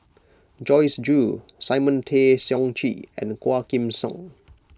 Joyce Jue Simon Tay Seong Chee and Quah Kim Song